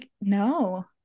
No